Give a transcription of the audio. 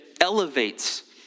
elevates